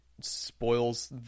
spoils